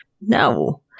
No